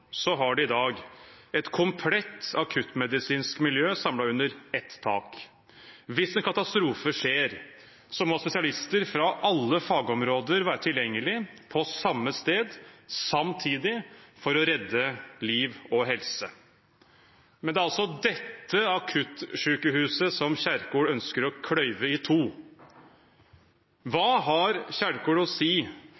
har de i dag et komplett akuttmedisinsk miljø samlet under ett tak. Hvis det skjer en katastrofe, må spesialister fra alle fagområder være tilgjengelig på samme sted, samtidig, for å redde liv og helse. Det er altså dette akuttsykehuset som Kjerkol ønsker å kløve i to. Hva